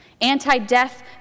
anti-death